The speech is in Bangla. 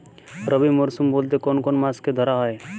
রবি মরশুম বলতে কোন কোন মাসকে ধরা হয়?